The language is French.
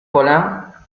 colin